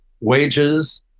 wages